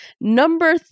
Number